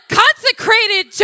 consecrated